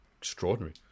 Extraordinary